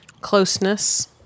closeness